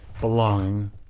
belonging